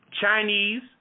Chinese